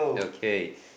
okay